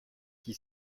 qui